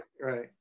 Right